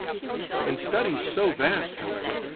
in studies so vast, however,